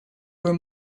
were